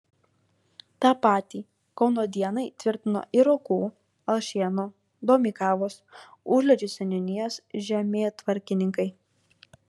tą patį kauno dienai tvirtino ir rokų alšėnų domeikavos užliedžių seniūnijos žemėtvarkininkai